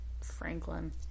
Franklin